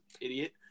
idiot